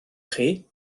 chi